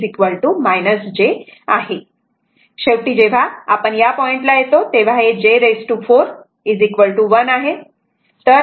आणि म्हणून j 3 j आणि शेवटी जेव्हा या पॉइंटला येतो तेव्हा हे j 4 1 आहे